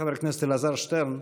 חבר הכנסת אלעזר שטרן: